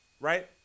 right